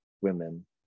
women